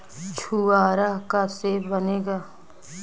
छुआरा का से बनेगा?